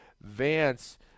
Vance